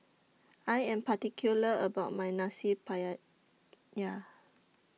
I Am particular about My Nasi